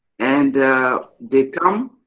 and they come,